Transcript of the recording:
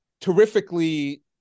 terrifically